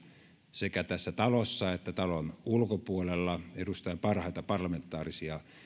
sekä tässä talossa että talon ulkopuolella edustaen parhaita parlamentaarisia